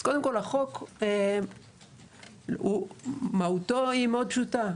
אז קודם כל, החוק הוא מהותו היא מאוד פשוטה.